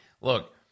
Look